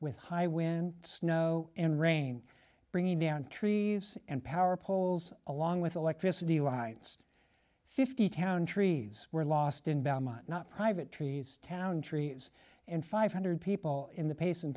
with high wind snow and rain bringing down trees and power poles along with electricity lines fifty town trees were lost in bama not private trees town tree and five hundred people in the pace